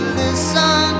listen